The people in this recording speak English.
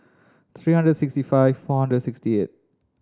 three hundred sixty five four hundred and sixty eight